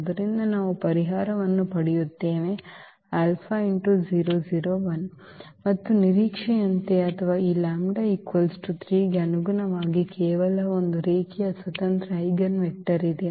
ಆದ್ದರಿಂದ ನಾವು ಪರಿಹಾರವನ್ನು ಪಡೆಯುತ್ತೇವೆ ಮತ್ತು ನಿರೀಕ್ಷೆಯಂತೆ ಅಥವಾ ಈ λ 3 ಗೆ ಅನುಗುಣವಾಗಿ ಕೇವಲ ಒಂದು ರೇಖೀಯ ಸ್ವತಂತ್ರ ಐಜೆನ್ವೆಕ್ಟರ್ ಇದೆ